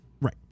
Right